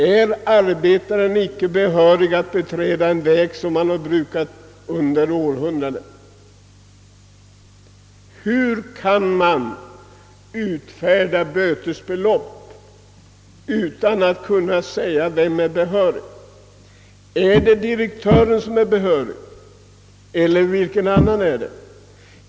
Är inte arbetarna behöriga att beträda en väg som nyttjats under århundraden? Hur kan bötesstraff utmätas utan att det angivits vem som är behörig i sådana här fall? Är det direktören som är behörig eller vilken annan är det?